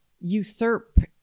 usurp